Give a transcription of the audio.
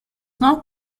not